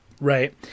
Right